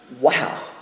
wow